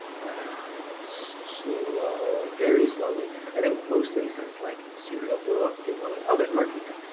but um slow, very slowly. i think mostly since like serial blew up, people were like, oh, there's market here.